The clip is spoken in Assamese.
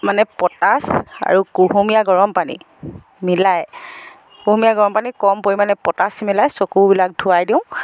মানে প'টাছ আৰু কুহুমীয়া গৰম পানী মিলাই কুহুমীয়া গৰম পানীত কম পৰিমাণে প'টাছ মিলাই চকুবিলাক ধোৱাই দিওঁ